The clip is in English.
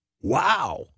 Wow